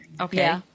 Okay